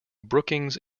brookings